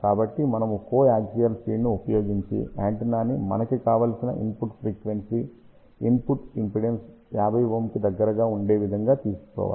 కాబట్టి మనము coaxial feed ని ఉపయోగించి యాంటెన్నాని మనకి కావలసిన ఇన్పుట్ ఫ్రీక్వెన్సీ ఇన్పుట్ ఇమ్పిడేన్స్ 50𝝮 కి దగ్గరగా ఉండే విధంగా తీసుకోవాలి